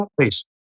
please